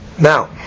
Now